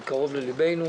זה קרוב לליבנו.